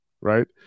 right